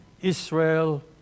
Israel